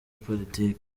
politiki